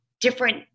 different